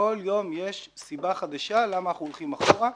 כל יום יש סיבה חדשה למה אנחנו הולכים אחורה,